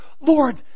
Lord